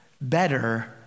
better